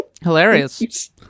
Hilarious